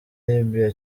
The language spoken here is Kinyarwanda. libya